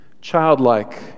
childlike